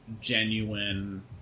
genuine